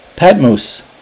Patmos